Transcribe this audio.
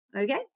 Okay